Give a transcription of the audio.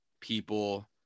people